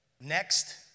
Next